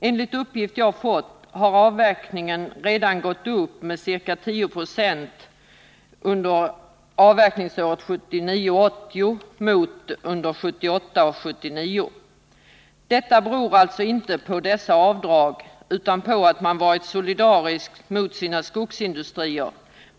Enligt de uppgifter jag har fått har avverkningen under avverkningsåret 1979 79. Detta beror inte på dessa avdrag utan på att man varit solidarisk mot sina skogsindustrier.